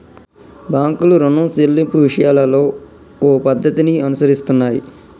బాంకులు రుణం సెల్లింపు విషయాలలో ఓ పద్ధతిని అనుసరిస్తున్నాయి